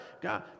God